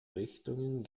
richtungen